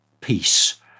peace